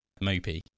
mopey